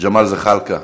ג'מאל זחאלקה,